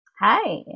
Hi